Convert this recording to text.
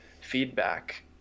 feedback